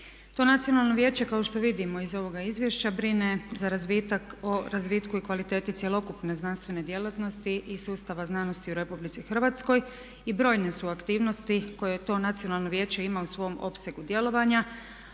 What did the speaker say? To nacionalno vijeće kao što vidimo iz ovoga izvješća brine za razvitak, o razvitku i kvaliteti cjelokupne znanstvene djelatnosti i sustava znanosti u RH i brojene su aktivnosti koje to Nacionalno vijeće ima u svom opsegu djelovanja,